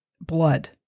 blood